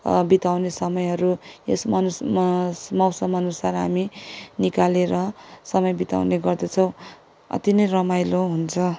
बिताउने समयहरू यस मानुसमा मौसम अनुसार हामी निकालेर समय बिताउने गर्दछौँ अति नै रमाइलो हुन्छ